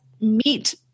meet